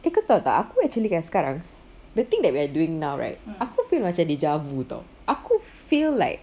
eh kau tahu tak actually kan sekarang the thing that we are doing now right aku feel macam deja vu [tau] aku feel like